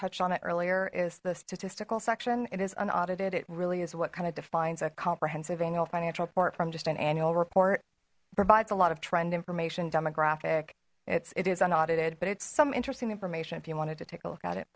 touched on it earlier is the statistical section it is unaudited it really is what kind of defines a comprehensive annual financial report from just an annual report provides a lot of trend information demographic it's it is unaudited but it's some interesting information if you wanted to take a look at it